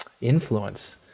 influence